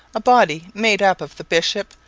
a body made up of the bishop,